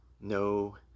no